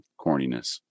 corniness